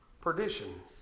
perdition